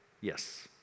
yes